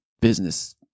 business